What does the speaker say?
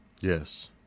Yes